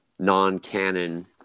non-canon